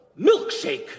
milkshake